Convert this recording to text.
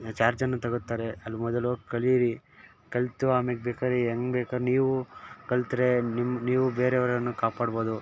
ಚಾರ್ಜನ್ನು ತಗುತ್ತಾರೆ ಅಲ್ಲಿ ಮೊದಲು ಹೋಗ್ ಕಲಿಯಿರಿ ಕಲಿತು ಆಮೇಲೆ ಬೇಕಾದರೆ ಹೆಂಗ್ ಬೇಕಾದ್ರು ನೀವು ಕಲಿತ್ರೆ ನಿಮ್ಮ ನೀವು ಬೇರೆಯವರನ್ನು ಕಾಪಾಡ್ಬೌದು